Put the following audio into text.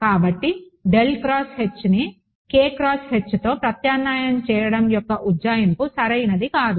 కాబట్టి ని తో ప్రత్యామ్నాయం చేయడం యొక్క ఉజ్జాయింపు సరైనది కాదు